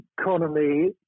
economy